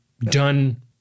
done